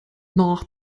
nach